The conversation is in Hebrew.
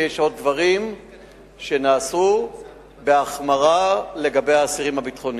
ויש עוד דברים שנעשו בהחמרה לגבי האסירים הביטחוניים.